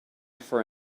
for